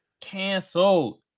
Canceled